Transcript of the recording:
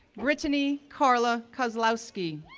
brittany karla kozlowski,